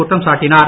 குற்றம் சாட்டினார்